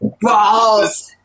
Balls